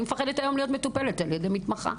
אני מפחדת היום להיות מטופלת על-ידי מתמחה.